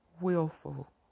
willful